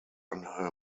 under